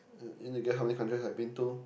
you wanna guess how many countries I've been to